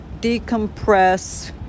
decompress